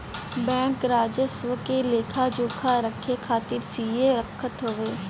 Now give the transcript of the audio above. bank राजस्व क लेखा जोखा रखे खातिर सीए रखत हवे